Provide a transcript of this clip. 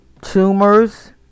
tumors